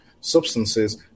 substances